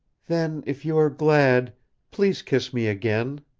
then if you are glad please kiss me again.